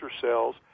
cells